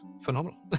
phenomenal